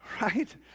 Right